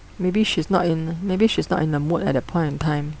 maybe she's not in maybe she's not in the mood at that point in time